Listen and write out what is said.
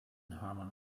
harmon